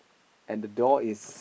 and the door is